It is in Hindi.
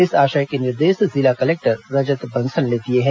इस आशय के निर्देश जिला कलेक्टर रजत बंसल ने दिए हैं